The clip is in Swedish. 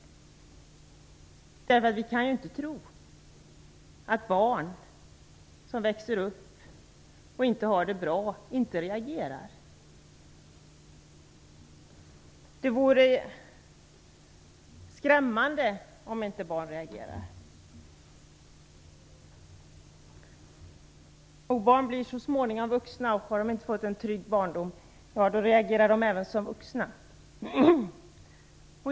Vi kan inte tro att barn som växer upp och inte har det bra inte reagerar. Det vore skrämmande om barn inte reagerade. Barn blir så småningom vuxna. Har de inte fått en trygg barndom reagerar de även som vuxna.